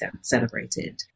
celebrated